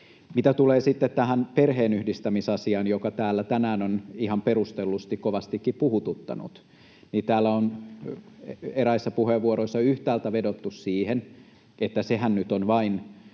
Mitä tulee sitten tähän perheenyhdistämisasiaan, joka täällä tänään on ihan perustellusti kovastikin puhututtanut, täällä on eräissä puheenvuoroissa yhtäältä vedottu siihen, että sehän nyt on vain